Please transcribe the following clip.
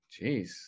Jeez